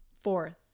Fourth